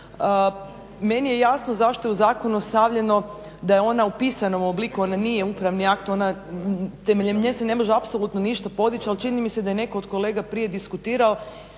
Meni je jasno zašto je u Zakonu stavljeno da je ona u pisanom obliku, ona nije upravni akt, ona, temeljem nje se ne može apsolutno ništa podiči ali čini mi se da je netko od kolega prije diskutirao